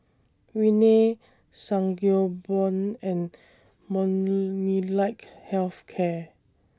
Rene Sangobion and Molnylcke Health Care